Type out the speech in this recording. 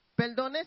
Perdones